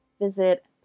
visit